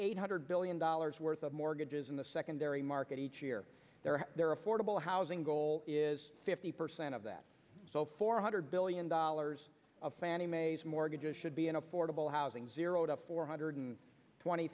eight hundred billion dollars worth of mortgages in the secondary market each year they're affordable housing goal is fifty percent of that so four hundred billion dollars of fannie mae's mortgages should be unaffordable housing zero to four hundred twenty